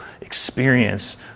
experience